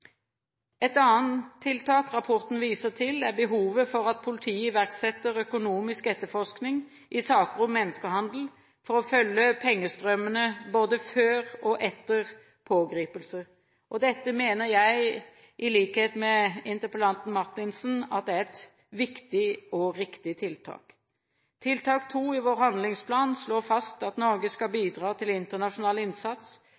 Et annet tiltak rapporten viser til, er behovet for at politiet iverksetter økonomisk etterforskning i saker om menneskehandel for å følge pengestrømmene både før og etter pågripelser. Dette mener jeg – i likhet med interpellanten Marthinsen – er et viktig og riktig tiltak. Tiltak 2 i vår handlingsplan slår fast at Norge skal bidra til internasjonal innsats